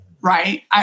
right